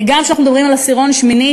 כי גם כשאנחנו מדברים על עשירון שמיני,